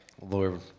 Lord